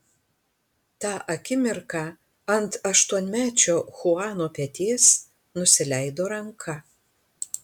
tą akimirką ant aštuonmečio chuano peties nusileido ranka